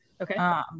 Okay